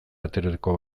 aterako